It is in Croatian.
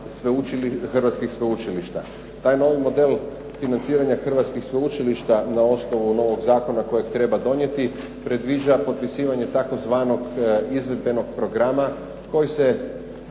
hrvatskih sveučilišta. Naime, ovaj model financiranja hrvatskih sveučilišta na osnovu novog zakona kojeg treba donijeti predviđa potpisivanje tzv. izvedbenog programa koji se